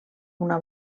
una